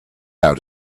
out